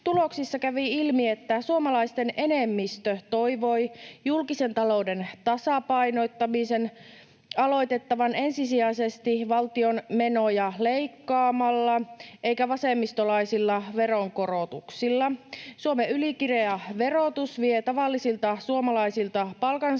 Tuloksista kävi ilmi, että suomalaisten enemmistö toivoi julkisen talouden tasapainottamisen aloitettavan ensisijaisesti valtion menoja leikkaamalla eikä vasemmistolaisilla veronkorotuksilla. Suomen ylikireä verotus vie tavallisilta suomalaisilta palkansaajilta